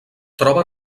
troba